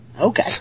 Okay